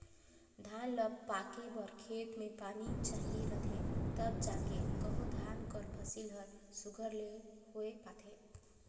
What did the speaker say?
धान ल पाके बर खेत में पानी चाहिए रहथे तब जाएके कहों धान कर फसिल हर सुग्घर ले होए पाथे